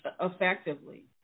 effectively